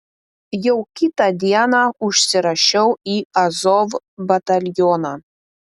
jau kitą dieną užsirašiau į azov batalioną